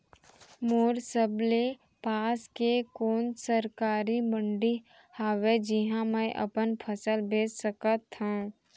मोर सबले पास के कोन सरकारी मंडी हावे जिहां मैं अपन फसल बेच सकथव?